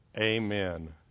Amen